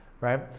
right